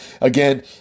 again